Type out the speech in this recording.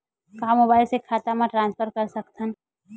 का मोबाइल से खाता म ट्रान्सफर कर सकथव?